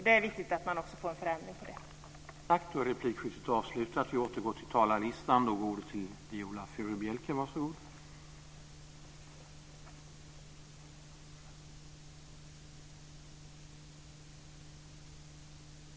Det är viktigt att få en förändring också på det området.